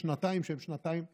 שנתיים שהן שנתיים אפקטיביות.